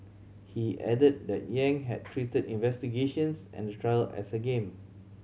he added that Yang had treated investigations and the trial as a game